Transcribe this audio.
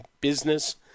business